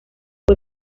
fue